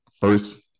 first –